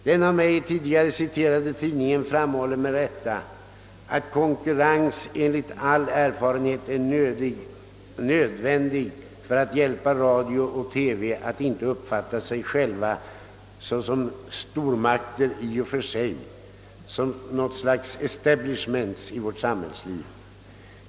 Den av mig tidigare citerade tidningen framhåller med rätta, att konkurrens enligt all erfarenhet är nödvändig för att hjälpa radio och TV att inte uppfatta sig själva som stormakter i och för sig, som ett slags »establishments» i vårt samhällsliv.